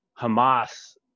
hamas